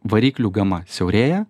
variklių gama siaurėja